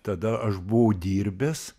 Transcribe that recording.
tada aš buvau dirbęs